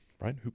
right